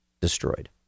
destroyed